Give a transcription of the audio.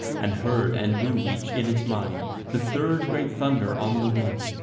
and heard and knew each in its mind the third great thunder on the wind,